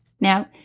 Now